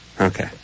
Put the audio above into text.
Okay